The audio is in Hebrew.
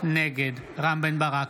נגד רם בן ברק,